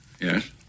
Yes